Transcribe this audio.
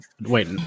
Wait